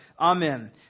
Amen